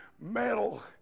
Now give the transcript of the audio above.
metal